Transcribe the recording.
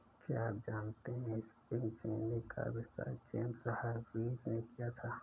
क्या आप जानते है स्पिनिंग जेनी का आविष्कार जेम्स हरग्रीव्ज ने किया?